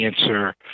answer